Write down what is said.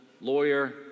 lawyer